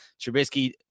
Trubisky